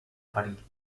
perill